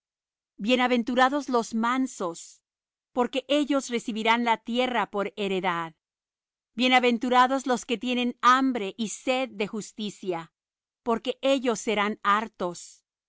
bienaventurados los mansos porque ellos recibirán la tierra por heredad bienaventurados los que tienen hambre y sed de justicia porque ellos serán hartos